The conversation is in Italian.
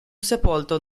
sepolto